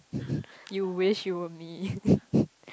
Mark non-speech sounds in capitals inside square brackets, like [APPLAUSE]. [LAUGHS] you wish you were me [LAUGHS]